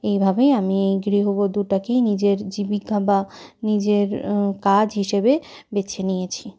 এইভাবেই আমি গৃহবধূটাকেই নিজের জীবিকা বা নিজের কাজ হিসেবে বেছে নিয়েছি